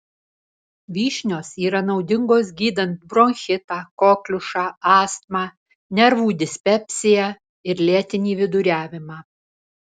vyšnios yra naudingos gydant bronchitą kokliušą astmą nervų dispepsiją ir lėtinį viduriavimą